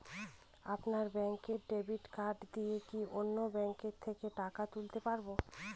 আপনার ব্যাংকের debit card দিয়ে কি অন্য ব্যাংকের থেকে টাকা তুলতে পারবো?